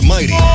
Mighty